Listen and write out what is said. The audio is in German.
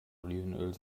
olivenöl